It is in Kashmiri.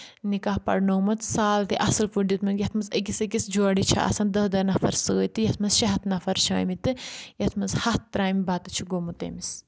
نِکاح پَرنومُت سال تہِ اَصٕل پٲٹھۍ دیُتمُت یَتھ منٛز أکِس أکِس جورِ چھِ آسان دٔہ دٔہ نَفر سۭتۍ یَتھ منٛز شےٚ ہَتھ نَفر چھِ آمٕتۍ تہٕ یَتھ منٛز ہَتھ ترٛامہِ بَتہٕ چھُ گوٚمُت أمِس